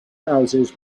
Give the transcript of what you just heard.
houses